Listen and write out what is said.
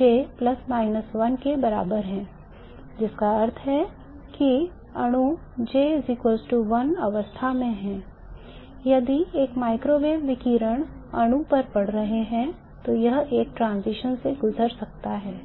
J ±1 के बराबर है जिसका अर्थ है कि यदि अणु J 1 अवस्था में है यदि एक माइक्रोवेव विकिरण अनु पर पड़ रही है तो यह एक transition से गुजर सकता है